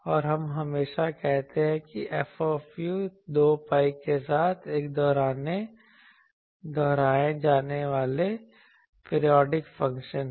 और हम हमेशा कहते हैं कि F 2 pi के साथ एक दोहराए जाने वाला पीरियोडिक फ़ंक्शन है